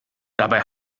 dabei